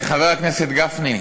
חבר הכנסת גפני,